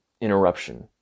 interruption